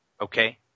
Okay